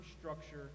structure